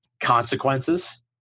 consequences